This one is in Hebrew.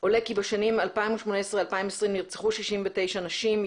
עולה כי בשנים 2018-2020 נרצחו 69 נשים,